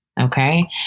Okay